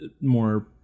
more